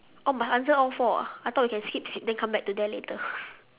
oh must answer all four ah I thought we can skip skip then come back to that later